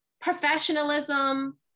professionalism